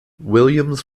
williams